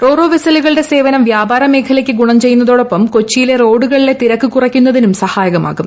raw ro വെസലുകളുടെ സേവനം വ്യാപാര മേഖലക്ക് ഗുണം ചെയ്യുന്നതോടൊപ്പം കൊച്ചിയിലെ റോഡുകളിലെ തിരക്ക് കുറയ്ക്കുന്നതിനും സഹായകമാകും